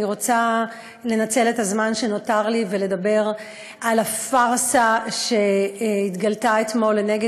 אני רוצה לנצל את הזמן שנותר לי ולדבר על הפארסה שהתגלתה אתמול לנגד